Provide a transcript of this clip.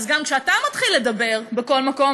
אז גם כשאתה מתחיל לדבר בכל מקום,